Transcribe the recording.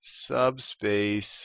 subspace